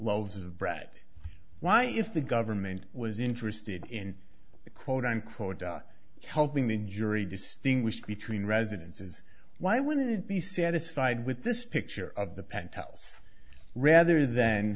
loaves of bread why if the government was interested in quote unquote helping the jury distinguish between residences why wouldn't be satisfied with this picture of the penthouse rather th